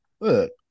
look